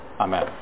Amen